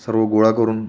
सर्व गोळा करून